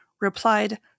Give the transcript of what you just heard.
replied